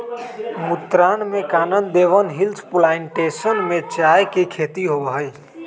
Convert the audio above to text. मुन्नार में Kanan Devan hills plantation में चाय के खेती होबा हई